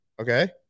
okay